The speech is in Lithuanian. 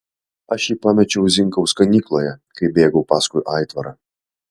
aš jį pamečiau zinkaus ganykloje kai bėgau paskui aitvarą